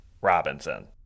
Robinson